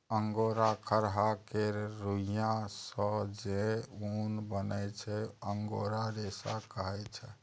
angora खरहा केर रुइयाँ सँ जे उन बनै छै अंगोरा रेशा कहाइ छै